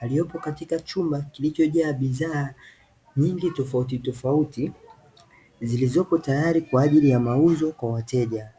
aliyepo katika chumba kilichojaa bidhaa nyingi tofautitofauti, zilizopo tayari kwa ajili ya mauzo kwa wateja.